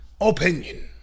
Opinion